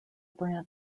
brand